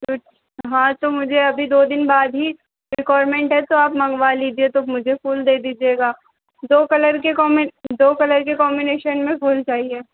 तो हाँ मुझे तो अभी दो दिन बाद ही रिक्वारमेंट है तो आप मंगवा लीजिए तो मुझे फूल दे दीजिएगा दो कलर के कोंब दो कलर के कॉम्बिनेशन में फूल चाहिए